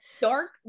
Dark